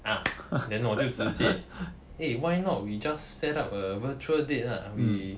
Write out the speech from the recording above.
ah then 我就直接 !hey! why not we just set up a virtual date lah we